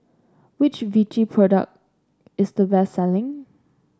which Vichy product is the best selling